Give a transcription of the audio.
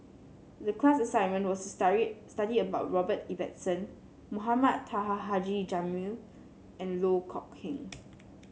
the class assignment was to study about Robert Ibbetson Mohamed Taha Haji Jamil and Loh Kok Heng